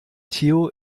theo